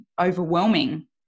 overwhelming